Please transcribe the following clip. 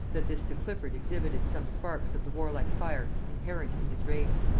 that this de clifford exhibited some sparks of the warlike fire inherent in his race.